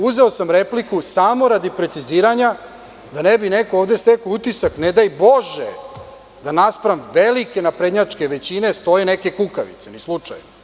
Uzeo sam repliku samo radi preciziranja, da ne bi neko ovde stekao utisak, ne daj Bože, da naspram velike naprednjačke većine stoje neke kukavice, ni slučajno.